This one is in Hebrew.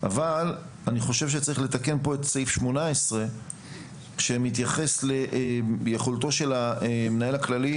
אבל אני חושב שצריך לתקן פה את סעיף 18 שמתייחס ליכולתו של המנהל הכללי